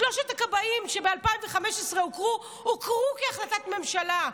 שלושת הכבאים שהוכרו ב-2015, הוכרו בהחלטת ממשלה.